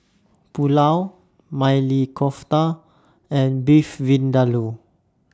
Pulao Maili Kofta and Beef Vindaloo